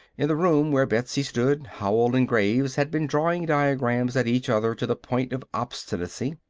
in the room where betsy stood, howell and graves had been drawing diagrams at each other to the point of obstinacy.